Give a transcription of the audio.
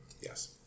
Yes